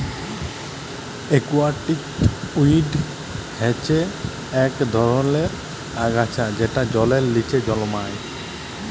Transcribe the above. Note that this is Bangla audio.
একুয়াটিক উইড হচ্যে ইক ধরলের আগাছা যেট জলের লিচে জলমাই